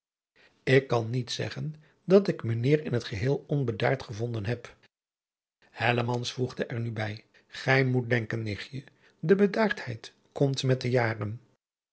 ik kan niet zeggen dat ik mijnheer in het geheel onbedaard gevonden heb hellemans voegde er nu bij gij moet denken nichtje de bedaardheid komt met de jaren